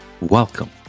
welcome